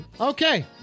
Okay